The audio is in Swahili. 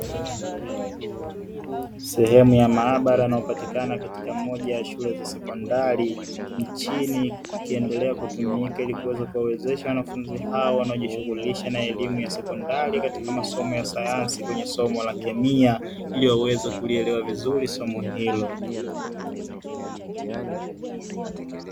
Sehemu ya maabara inayopatikana katika moja ya shule za sekondari nchini, ikiendelea kutumika ili kuweza kuwawezesha wanafunzi hao wanaojishughulisha na elimu ya sekondari katika masomo ya sayansi, hasa kwenye la kemia, ili waweze kulielewa vizuri somo hilo.